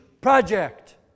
project